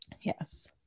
Yes